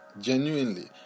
genuinely